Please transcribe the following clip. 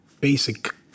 basic